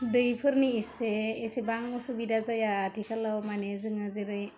दैफोरनि इसे एसेबां असुबिदा जाया आथिखालाव माने जोङो जेरै